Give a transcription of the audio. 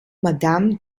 madame